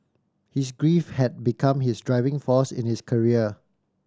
his grief had become his driving force in his career